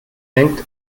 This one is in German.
denkt